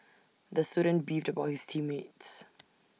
the student beefed about his team mates